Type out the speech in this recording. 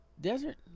desert